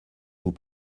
vous